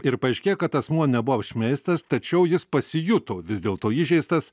ir paaiškėja kad asmuo nebuvo apžmeižtas tačiau jis pasijuto vis dėlto įžeistas